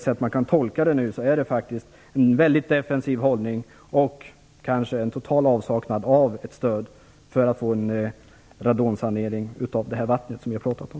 Som man kan tolka det hela nu så handlar det faktiskt om en väldigt defensiv hållning och kanske även om en total avsaknad av stöd för en radonsanering av det vatten som vi har pratat om.